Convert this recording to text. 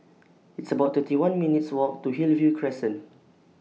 It's about thirty one minutes' Walk to Hillview Crescent